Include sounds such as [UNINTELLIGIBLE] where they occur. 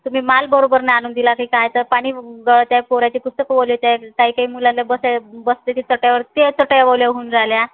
तुम्ही माल बरोबर नाही आणून दिला ते काय तर पाणी गळत आहे पोऱ्याचे पुस्तकं ओले [UNINTELLIGIBLE] काही काही मुलांना बसाय बसते ते चटयावर ते चटया ओल्या होऊन राहिल्या